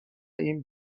این